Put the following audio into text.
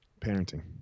Parenting